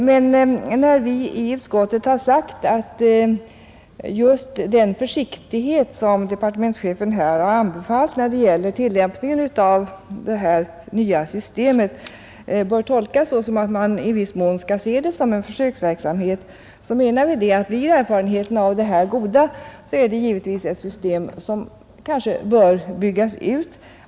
Men när vi i utskottet uttalat att den försiktighet som departementschefen har anbefallt då det gäller tillämpningen av det nya systemet bör tolkas så att man i viss mån skall se detta som en försöksverksamhet, menar vi att om erfarenheterna av det blir goda, så bör systemet kanske byggas ut.